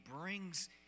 brings